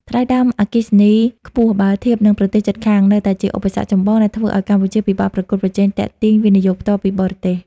ថ្លៃដើមអគ្គិសនីខ្ពស់បើធៀបនឹងប្រទេសជិតខាង នៅតែជាឧបសគ្គចម្បងដែលធ្វើឱ្យកម្ពុជាពិបាកប្រកួតប្រជែងទាក់ទាញ វិនិយោគផ្ទាល់ពីបរទេស។